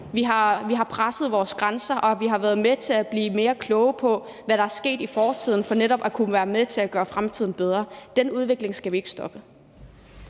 Vi har presset vores grænser, og vi er blevet mere kloge på, hvad der er sket i fortiden for netop at kunne være med til at gøre fremtiden bedre. Og den udvikling skal vi ikke stoppe.